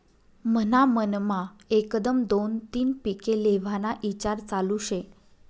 मन्हा मनमा एकदम दोन तीन पिके लेव्हाना ईचार चालू शे